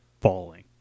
falling